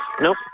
Nope